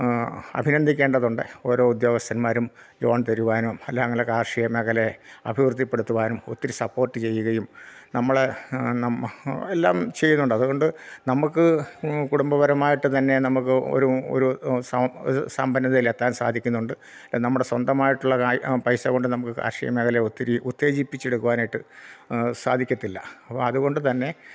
അഭിനന്ദിക്കേണ്ടതുണ്ട് ഓരോ ഉദ്യോഗസ്ഥന്മാരും ലോൺ തരുവാനും അല്ല അങ്ങനെ കാർഷിക മേഖല അഭിവൃദ്ധിപ്പെടുത്തുവാനും ഒത്തിരി സപ്പോർട്ട് ചെയ്യുകയും നമ്മളെ എല്ലാം ചെയ്യുന്നുണ്ട് അതുകൊണ്ട് നമുക്ക് കുടുംബപരമായിട്ട് തന്നെ നമുക്ക് ഒരു സമ്പന്നതയിൽ എത്താൻ സാധിക്കുന്നുണ്ട് നമ്മുടെ സ്വന്തമായിട്ടുള്ള പൈസ കൊണ്ട് നമുക്ക് കാർഷിക മേഖല ഒത്തിരി ഉത്തേജിപ്പിച്ചെടുക്കുവാനായിട്ട് സാധിക്കത്തില്ല അപ്പം അതുകൊണ്ട് തന്നെ